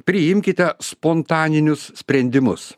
priimkite spontaninius sprendimus